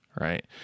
right